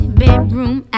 bedroom